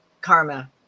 karma